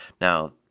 Now